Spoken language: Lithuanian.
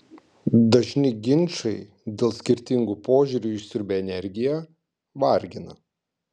dažni ginčai dėl skirtingų požiūrių išsiurbia energiją vargina